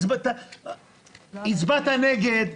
הצבעת נגד,